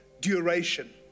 duration